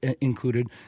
included